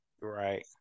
Right